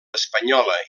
espanyola